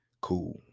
cool